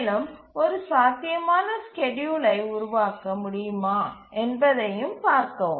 மேலும் ஒரு சாத்தியமான ஸ்கேட்யூலை உருவாக்க முடியுமா என்பதையும் பார்க்கவும்